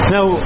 Now